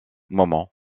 moment